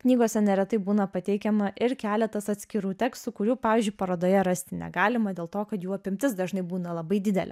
knygose neretai būna pateikiama ir keletas atskirų tekstų kurių pavyzdžiui parodoje rasti negalima dėl to kad jų apimtis dažnai būna labai didelė